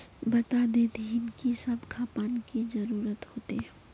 बता देतहिन की सब खापान की जरूरत होते?